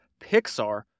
Pixar